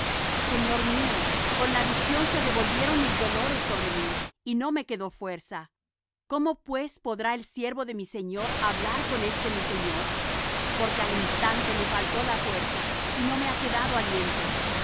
señor mío con la visión se revolvieron mis dolores sobre mí y no me quedó fuerza cómo pues podrá el siervo de mi señor hablar con este mi señor porque al instante me faltó la fuerza y no me ha quedado aliento